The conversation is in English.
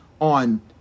On